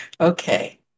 okay